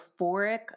euphoric